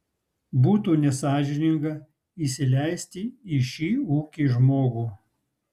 būtų nesąžininga įsileisti į šį ūkį žmogų